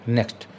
Next